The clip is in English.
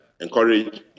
encourage